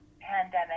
pandemic